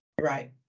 Right